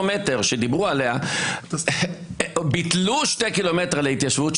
השני קילומטר שדיברו עליהם ביטלו שני קילומטר להתיישבות,